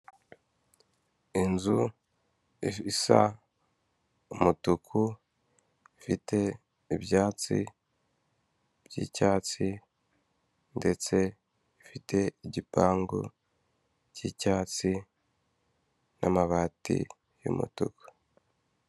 Inzu isa umutuku ifite ibyatsi by'icyatsi, ndetse ifite igipangu cy'icyatsi, n'amabati y'umutuku.